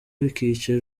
bikica